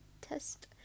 test